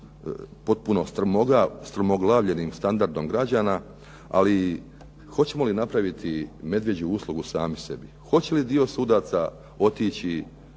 popuno strmoglavljenim standardom građana, ali hoćemo li napraviti medvjeđu uslugu sami sebi. Hoće li dio sudaca otići